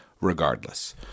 regardless